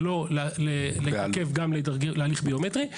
ולא להתעכב גם להליך ביומטרי.